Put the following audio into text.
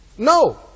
No